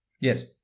Yes